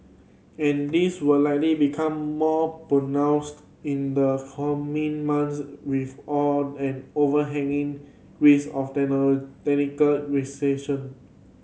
and this will likely become more pronounced in the coming months with all an overhanging risk of recession